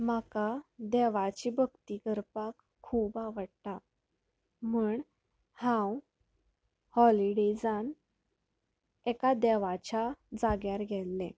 म्हाका देवाची भक्ती करपाक खूब आवडटा म्हण हांव हाॅलिडेजान एका देवाच्या जाग्यार गेल्लें